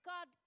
God